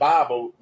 Bible